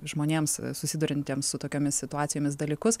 žmonėms susiduriantiems su tokiomis situacijomis dalykus